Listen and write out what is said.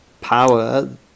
power